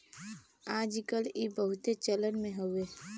आज कल ई बहुते चलन मे हउवे